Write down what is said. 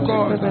God